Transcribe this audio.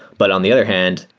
but on the other hand,